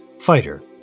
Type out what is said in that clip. Fighter